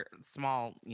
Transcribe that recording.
small